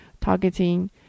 targeting